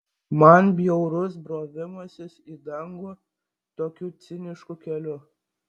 man bjaurus brovimasis į dangų tokiu cinišku keliu